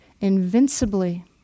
invincibly